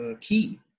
key